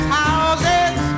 houses